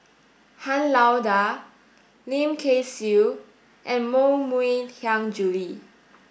Han Lao Da Lim Kay Siu and Koh Mui Hiang Julie